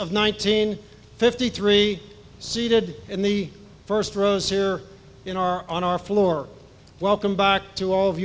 of nineteen fifty three seated in the first rows here in our on our floor welcome back to all of